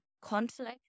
conflict